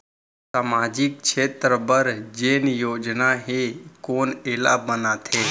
सामाजिक क्षेत्र बर जेन योजना हे कोन एला बनाथे?